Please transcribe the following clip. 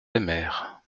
aimèrent